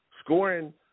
Scoring